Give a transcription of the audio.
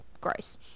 gross